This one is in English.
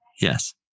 Yes